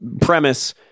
premise